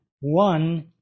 one